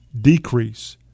decrease